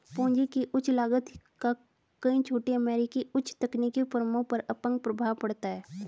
पूंजी की उच्च लागत का कई छोटी अमेरिकी उच्च तकनीकी फर्मों पर अपंग प्रभाव पड़ता है